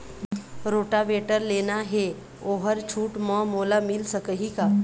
Rotavator लेना हे ओहर छूट म मोला मिल सकही का?